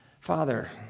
Father